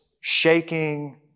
shaking